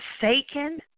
forsaken